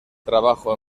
trabajo